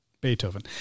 Beethoven